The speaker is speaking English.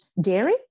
dairy